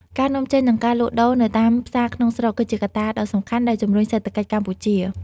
ការនាំចេញ និងការលក់ដូរនៅតាមផ្សារក្នុងស្រុក គឺជាកត្តាដ៏សំខាន់ដែលជំរុញសេដ្ឋកិច្ចកម្ពុជា។